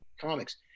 comics